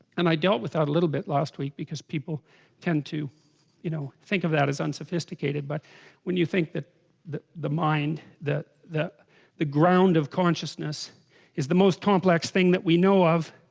and i dealt with that little bit last week because people tend to you know think of that as unsophisticated but when you think that the the mind that the the ground of consciousness is the most complex thing that we know of?